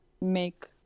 make